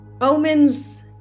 omens